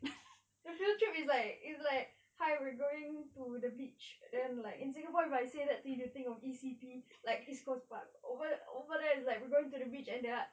the field trip is like it's like hi we're going to the beach then like in singapore if I say to that you think of E_C_P like east coast park over over there is like we're going to the beach and there are